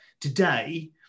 today